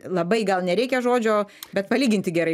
labai gal nereikia žodžio bet palyginti gerai